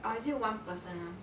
or is it one person [one]